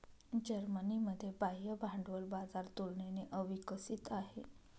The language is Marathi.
जर्मनीमध्ये बाह्य भांडवल बाजार तुलनेने अविकसित आहे